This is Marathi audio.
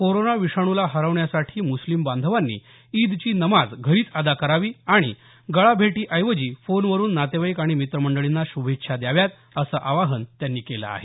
कोरोना विषाणूला हरवण्यासाठी मुस्लिम बांधवांनी ईदची नमाज घरीच अदा करावी आणि गळाभेटीऐवजी फोनवरुन नातेवाईक आणि मित्रमंडळींना श्भेच्छा द्याव्यात असं आवाहन त्यांनी केलं आहे